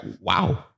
Wow